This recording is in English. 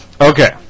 Okay